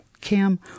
Kim